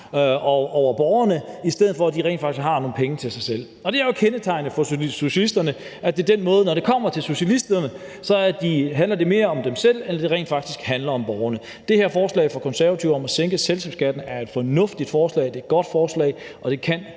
over borgerne, i stedet for at de rent faktisk har nogle penge til sig selv. Det er jo kendetegnende for socialisterne med den måde, altså at det, når det kommer til socialisterne, så handler mere om dem selv, end det rent faktisk handler om borgerne. Det her forslag fra Konservative om at sænke selskabsskatten er et fornuftigt forslag, det er et godt forslag, og det kan